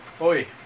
Oi